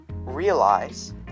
realize